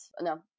no